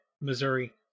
missouri